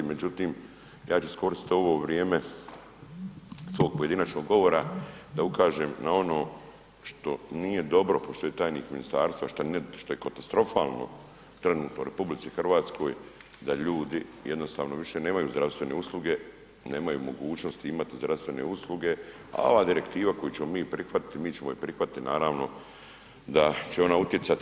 Međutim ja ću iskoristi ovo vrijeme svog pojedinačnog govora da ukažem na ono što nije dobro, pošto je tajnik ministarstva što je katastrofalno trenutno u RH, da ljudi jednostavno više nemaju zdravstvene usluge, nemaju mogućnosti imati zdravstvene usluge, a ova direktiva koju ćemo mi prihvatiti, mi ćemo ju prihvatiti naravno da će ona utjecati.